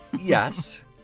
Yes